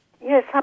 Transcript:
yes